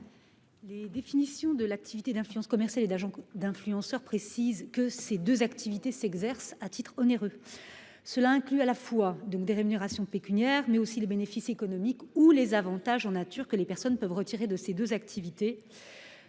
Les définitions de l'activité d'influence commerciale et d'agent d'influenceur précisent que ces deux activités s'exercent à titre onéreux. Cela inclut les rémunérations pécuniaires, mais aussi les bénéfices économiques ou les avantages en nature que les personnes peuvent retirer de ces deux activités.